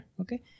Okay